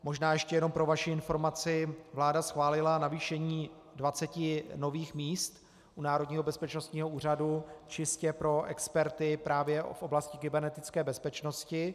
Možná ještě jenom pro vaši informaci, vláda schválila navýšení 20 nových míst u Národního bezpečnostního úřadu čistě pro experty právě v oblasti kybernetické bezpečnosti.